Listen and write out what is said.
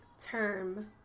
term